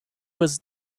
was